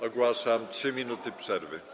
Ogłaszam 3 minuty przerwy.